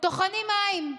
טוחנים מים.